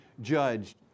judged